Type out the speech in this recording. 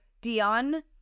Dion